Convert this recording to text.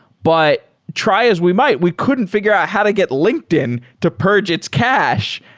but try as we might, we couldn't figure out how to get linkedin to purge its cache.